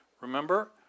Remember